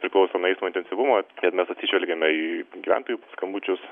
priklauso nuo eismo intensyvumo bet mes atsižvelgiame į gyventojų skambučius